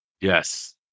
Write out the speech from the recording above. Yes